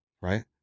Right